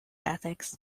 ethics